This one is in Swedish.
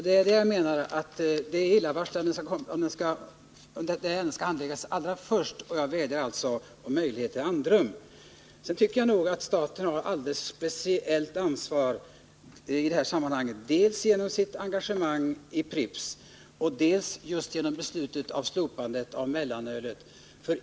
Enligt min mening är det illavarslande om den här frågan skall handläggas allra först, och jag vädjar därför om andrum. Sedan tycker jag att staten har ett alldeles speciellt ansvar i detta sammanhang dels på grund av sitt engagemang i Pripps, dels på grund av beslutet att slopa mellanölet.